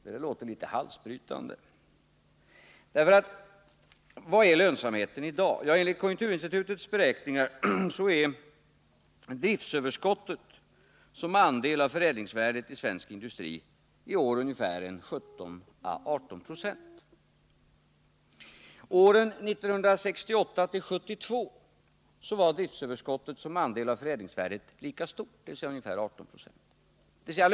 Det låter litet halsbrytande. Hur stor är lönsamheten i dag? Enlig konjunkturinstitutets beräkningar är driftöverskottet såsom andel av förädlingsvärdet i svensk industri i år 17-18 96. Åren 1968-1972 var detta överskott såsom andel av förädlingsvärdet lika stort, dvs. ca 1890.